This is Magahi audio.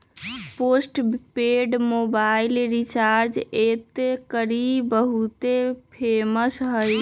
पोस्टपेड मोबाइल रिचार्ज एन्ने कारि बहुते फेमस हई